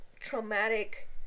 traumatic